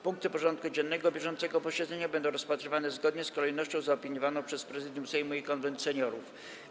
Punkty porządku dziennego bieżącego posiedzenia będą rozpatrywane zgodnie z kolejnością zaopiniowaną przez Prezydium Sejmu i Konwent Seniorów.